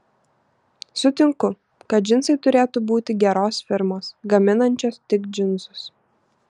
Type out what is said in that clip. sutinku kad džinsai turėtų būti geros firmos gaminančios tik džinsus